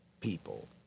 people